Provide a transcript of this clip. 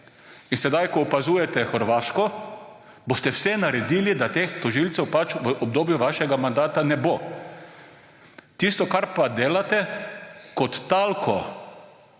Sedaj ko opazujete Hrvaško, boste vse naredili, da teh tožilcev v obdobju vašega mandata ne bo. Tisto, kar pa delate, kot talca